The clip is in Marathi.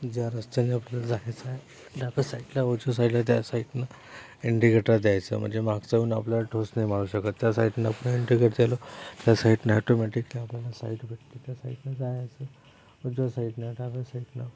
ज्या रस्त्यानी आपल्याला जायचं आहे डाव्या साईडला उजव्या साईडला त्या साइडनं इंडिकेटर द्यायचं म्हणजे मागचा येऊन आपल्याला ठोस नाही मारू शकत त्या साइडनं आपण इंडिकेट देलो त्या साइडनं ॲटोमॅटिकली आपल्याला साइड भेटली त्या साइडनं जायचं उजव्या साइडनं डाव्या साइडनं